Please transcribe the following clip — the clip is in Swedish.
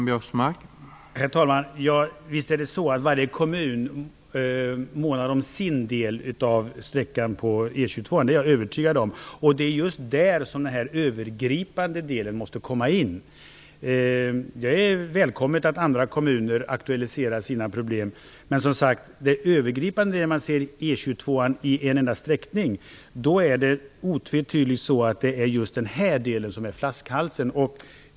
Herr talman! Visst är det så att varje kommun månar om sin del av sträckan på E 22:an. Det är jag övertygad om. Och det är just här som det övergripande arbetet måste komma in. Det är välkommet att andra kommuner aktualiserar sina problem. Men när man ser E 22:an i en enda sträckning är det otvetydigt så att det är den här delen som är flaskhalsen.